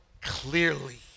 clearly